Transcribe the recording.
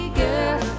girl